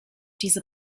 diese